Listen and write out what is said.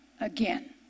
again